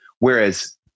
Whereas